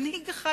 מנהיג אחד,